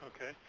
Okay